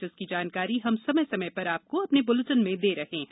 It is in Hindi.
जिसकी जानकारी हम समय समय पर आपको अपने बुलेटिन में दे रहे हैं